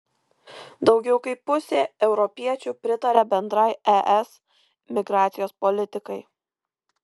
daugiau kaip pusė europiečių pritaria bendrai es migracijos politikai